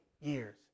years